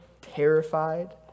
terrified